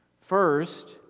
First